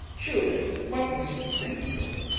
judith, what makes you think so?